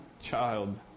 child